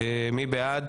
מי בעד?